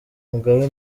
mugabe